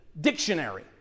dictionary